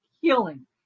healing